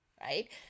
right